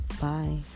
bye